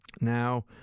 Now